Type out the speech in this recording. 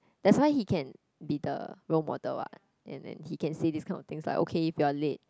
that's why he can be the role model what and then he can say these kind of things like okay if you are late